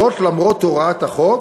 זאת למרות הוראת החוק